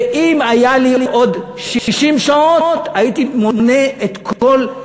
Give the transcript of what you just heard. ואם היה לי עוד 60 שעות הייתי מונה את כל,